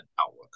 outlook